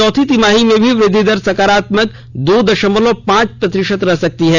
चौथी तिमाही में भी वृद्धि दर सकारात्मक दो दशमलव पांच प्रतिशत रह सकती है